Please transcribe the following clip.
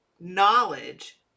knowledge